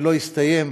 ולא הסתיים,